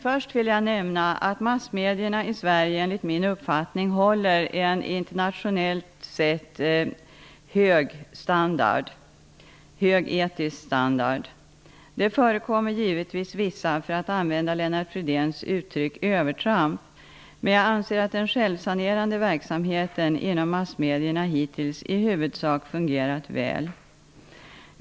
Först vill jag nämna att massmedierna i Sverige enligt min uppfattning håller en internationellt sett hög etisk standard. Det förekommer givetvis vissa -- för att använda Lennart Fridéns uttryck -- övertramp, men jag anser att den självsanerande verksamheten inom massmedierna hitintills i huvudsak fungerat väl.